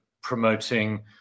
promoting